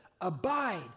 abide